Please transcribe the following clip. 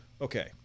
Okay